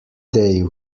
day